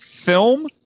Film